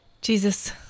Jesus